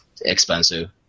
expensive